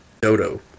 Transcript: dodo